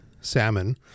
salmon